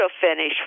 finish